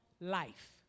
life